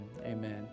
amen